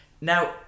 Now